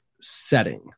setting